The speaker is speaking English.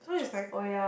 so it's like